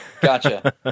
Gotcha